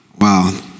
Wow